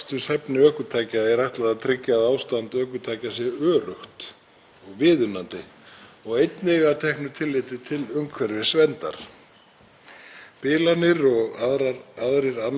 Bilanir og aðrir annmarkar sem finnast í tæka tíð gefa færi á að koma í veg fyrir slys. Reglubundnar skoðanir á ökutækjum eru því mikilvægar fyrir umferðaröryggi.